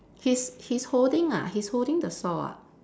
he's he's holding ah he's holding the saw ah